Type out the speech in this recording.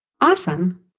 Awesome